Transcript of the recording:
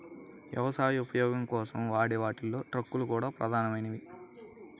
వ్యవసాయ ఉపయోగం కోసం వాడే వాటిలో ట్రక్కులు ప్రధానమైనవి